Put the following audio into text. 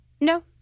No